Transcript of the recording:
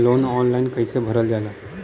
Loan online कइसे भरल जाला?